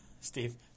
Steve